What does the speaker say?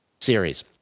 series